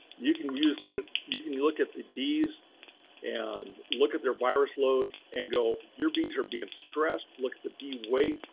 you can use the, you can look at the bees and look at their virus loads and go, your bees are being stressed. look at the bee weight,